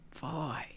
boy